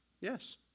Yes